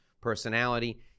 personality